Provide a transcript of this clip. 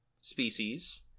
species